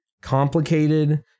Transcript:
complicated